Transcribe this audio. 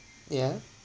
yeah